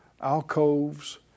alcoves